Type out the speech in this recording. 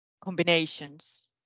combinations